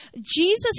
Jesus